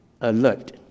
alert